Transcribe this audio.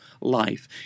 life